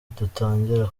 dutangira